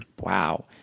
wow